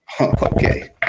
Okay